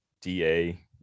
DA